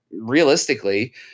Realistically